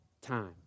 time